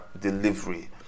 delivery